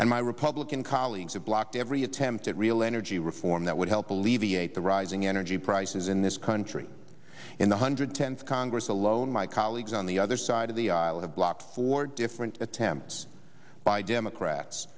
and my republican colleagues have blocked every attempt at real energy reform that would help alleviate the rising energy prices in this country and the hundred tenth congress alone my colleagues on the other side of the aisle have blocked four different attempts by democrats